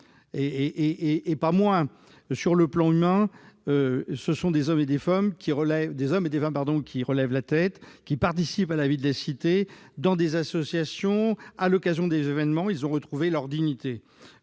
des aspects -, sur le plan humain, des hommes et des femmes relèvent la tête, participent à la vie de la cité, dans des associations, à l'occasion d'événements, etc. Ils ont retrouvé leur dignité